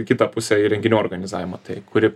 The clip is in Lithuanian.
į kitą pusę į renginių organizavimą tai kuri